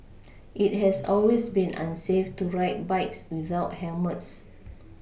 it has always been unsafe to ride bikes without helmets